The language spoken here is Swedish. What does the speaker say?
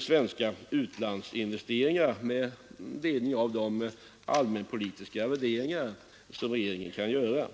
svenska utlandsinvesteringar med ledning av de allmänpolitiska värderingar som regeringen kan göra.